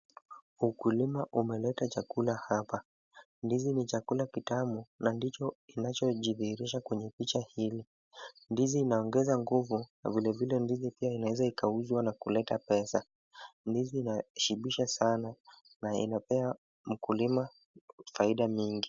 Ukulima umeleta chakula hapa ,ndizi ni chakula kitamu na ndicho kinachojidhihirisha kwenye picha hili, ndizi inaongeza nguvu na vilevile ndizi pia inaweza ikauzwa na kuleta pesa, ndizi inashibisha sana na inapea mkulima faida mingi.